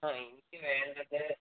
ആ എനിക്ക് വേണ്ടത്